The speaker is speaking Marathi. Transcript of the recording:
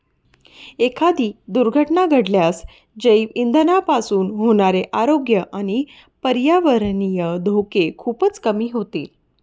एखादी दुर्घटना घडल्यास जैवइंधनापासून होणारे आरोग्य आणि पर्यावरणीय धोके खूपच कमी होतील